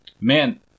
man